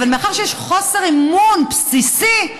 אבל מאחר שיש חוסר אמון בסיסי,